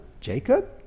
Jacob